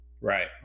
Right